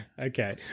Okay